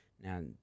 Now